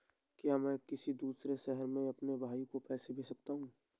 क्या मैं किसी दूसरे शहर में अपने भाई को पैसे भेज सकता हूँ?